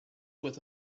with